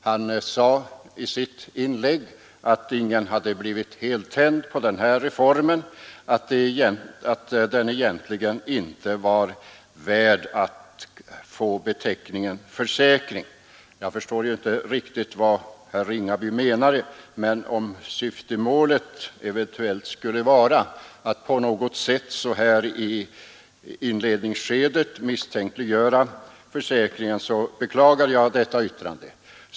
Han sade i sitt inlägg att ingen i utskottet hade blivit heltänd på den här reformen och att den egentligen inte var värd att få beteckningen försäkring. Jag förstår inte riktigt vad herr Ringaby menar, men om syftet skulle vara att så här i inledningsskedet misstänkliggöra försäkringen, så beklagar jag detta yttrande.